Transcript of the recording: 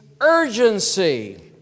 urgency